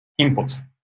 inputs